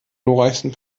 glorreichsten